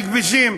כבישים.